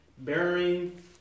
bearing